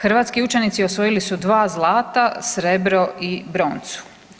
Hrvatski učenici osvojili su 2 zlata, srebro i broncu.